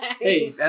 hey